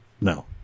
no